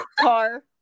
car